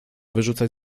wyrzucać